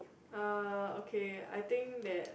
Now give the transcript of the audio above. uh okay I think that